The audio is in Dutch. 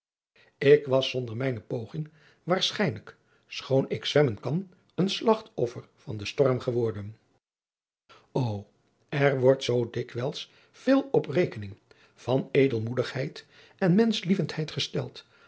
ik was zonder mijne poging waarschijnlijk schoon ik zwemmen kan een slagtoffer van den storm geworden ô er wordt zoo dikwijls veel op rekening van edelmoedigheid en menschlievendheid gesteld